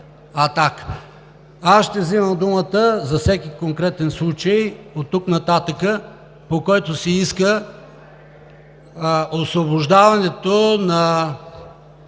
„Атака“. Аз ще вземам думата за всеки конкретен случай оттук нататък, по който се иска освобождаването на